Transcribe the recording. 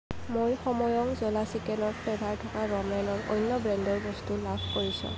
মই সময়ং জলা চিকেনৰ ফ্লেভাৰ থকা ৰমেনৰ অন্য ব্ৰেণ্ডৰ বস্তু লাভ কৰিছোঁ